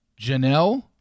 Janelle